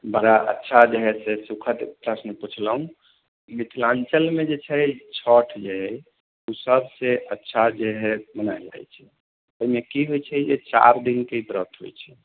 बड़ा अच्छा जे है से सुखद प्रश्न पुछलहुंँ मिथिलाञ्चलमे जे छै छठि जे एहि ओ सबसँ अच्छा जे है मनाएल जाइत छै ओहिमे कि होइत छै चारि दिनके ई व्रत होइत छै